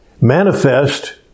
manifest